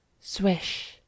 swish